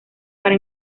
para